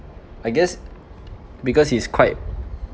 I guess because it's quite